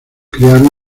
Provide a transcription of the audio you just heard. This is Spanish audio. crearon